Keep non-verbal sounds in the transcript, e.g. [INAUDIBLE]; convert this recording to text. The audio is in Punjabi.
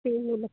[UNINTELLIGIBLE]